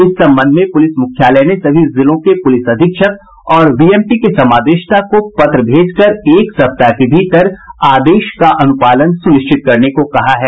इस संबंध में प्रलिस मुख्यालय ने सभी जिलों के पुलिस अधीक्षक और बीएमपी के समादेष्टा को पत्र भेज कर एक सप्ताह के भीतर आदेश का अनुपालन सुनिश्चित करने को कहा है